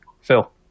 Phil